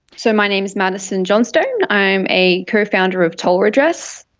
so my name is maddison johnstone, i am a co-founder of toll redress.